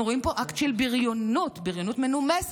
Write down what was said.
אנחנו רואים פה אקט של בריונות, בריונות מנומסת,